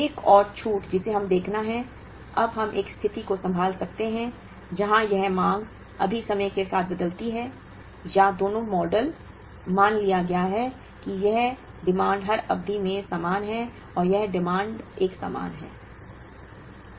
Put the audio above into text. एक और छूट जिसे हमें देखना है अब हम एक स्थिति को संभाल सकते हैं जहां यह मांग अभी समय के साथ बदलती है यह दोनों मॉडल मान लिया गया है कि यह मांग हर अवधि में समान है और यह मांग एक समान है